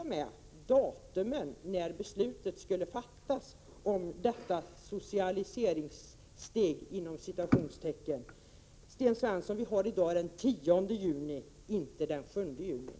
T. o. m. datumet när beslutet skulle fattas om detta ”socialiseringssteg” var fel. Sten Svensson, i dag är det den 10 juni och inte den 7 juni.